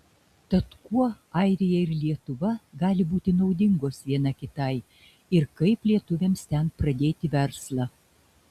tad kuo airija ir lietuva gali būti naudingos viena kitai ir kaip lietuviams ten pradėti verslą